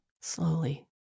slowly